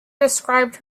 described